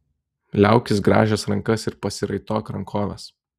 liaukis grąžęs rankas ir pasiraitok rankoves